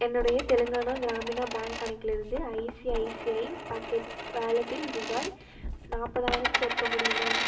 என்னுடைய தெலுங்கானா கிராமினா பேங்க் கணக்கிலிருந்து ICICI pockets வாலெட்டில் ரூபாய் நாற்பதாயிரம் சேர்க்க முடியுமா